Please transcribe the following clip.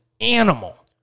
animal